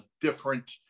different